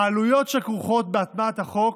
העלויות שכרוכות בהצעת החוק,